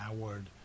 Howard